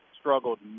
struggled